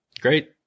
Great